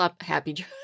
happy